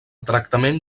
tractament